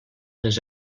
les